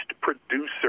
producer